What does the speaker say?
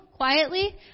quietly